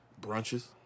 Brunches